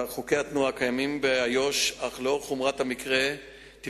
בחקירתו הכחיש השיח' מאהדי את הדברים וטען כי ידע על הקריאה רק